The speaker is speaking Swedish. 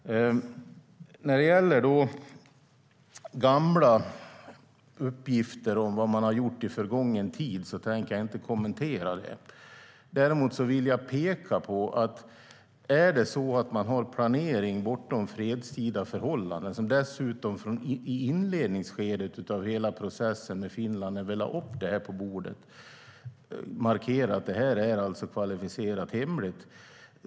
När det gäller gamla uppgifter om vad man har gjort i förgången tid tänker jag inte kommentera det. Däremot vill jag peka på och markera att om man har planering bortom fredstida förhållanden, som man dessutom i inledningsskedet av hela processen med Finland har velat ha upp på bordet, är detta kvalificerat hemligt.